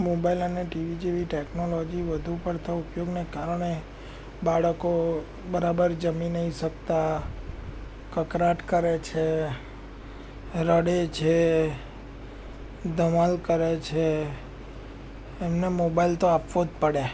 mobile અને TV જેવી technology વધુ પડતા ઉપયોગને કારણે બાળકો બરાબર જમી નથી શકતા કકળાટ કરે છે રડે છે ધમાલ કરે છે એમને મોબાઈલ તો આપવો જ પડે